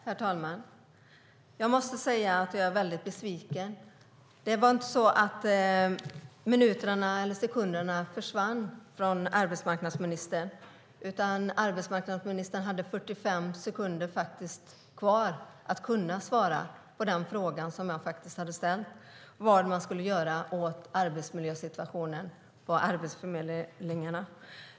Herr talman! Jag måste säga att jag är väldigt besviken. Det var inte så att minuterna och sekunderna försvann för arbetsmarknadsministern. Arbetsmarknadsministern hade 45 sekunder kvar att svara på den fråga jag hade ställt om vad man ska göra åt arbetsmiljösituationen på arbetsförmedlingarna.